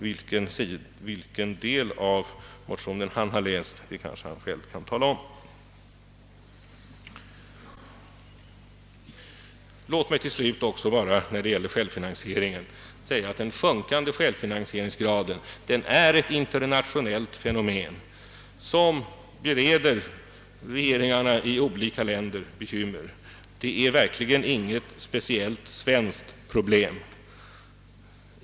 Vilken del av den han har läst, kanske han själv kan tala om. Den sjunkande självfinansieringsgraden är ett internationellt fenomen, som bereder regeringarna i olika länder bekymmer, och verkligen inte något speciellt svenskt problem.